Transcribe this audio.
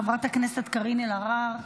חברת הכנסת קארין אלהרר,